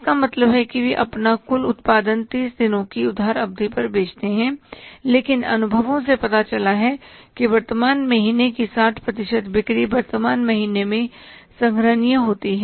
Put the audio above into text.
इसका मतलब है कि वे अपना कुल उत्पादन 30 दिनों की उधार अवधि पर बेचते हैं लेकिन अनुभवों से पता चला है कि वर्तमान महीने की 60 प्रतिशत बिक्री वर्तमान महीने में संग्रहनिय होती है